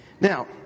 Now